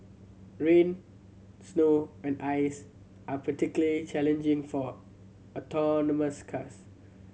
rain snow and ice are particularly challenging for autonomous cars